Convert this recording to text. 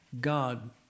God